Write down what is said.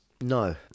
No